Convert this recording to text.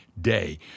day